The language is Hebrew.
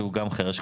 שהוא גם חירש,